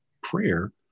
prayer